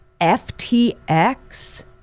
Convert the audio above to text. FTX